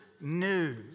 news